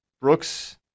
Brooks